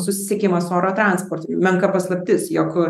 susisiekimas oro transportu menka paslaptis jog